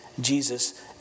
Jesus